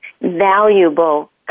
valuable